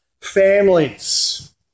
families